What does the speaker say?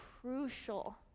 crucial